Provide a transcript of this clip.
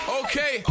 okay